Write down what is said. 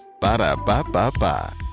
Ba-da-ba-ba-ba